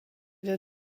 der